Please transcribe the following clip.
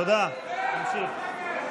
תמשיך.